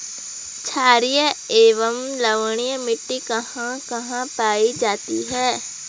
छारीय एवं लवणीय मिट्टी कहां कहां पायी जाती है?